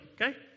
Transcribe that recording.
Okay